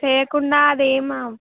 చేయకుండా అదేమి